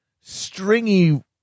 stringy